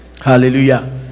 Hallelujah